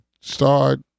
start